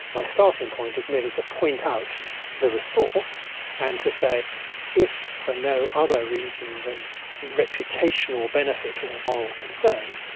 my starting point is merely to point out the resource and to say if for no other reason than reputational benefit or moral concern,